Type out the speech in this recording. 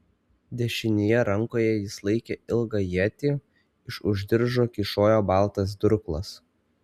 dešinėje rankoje jis laikė ilgą ietį iš už diržo kyšojo baltas durklas